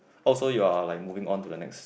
oh so you are like moving on to the next